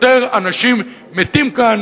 יותר אנשים מתים כאן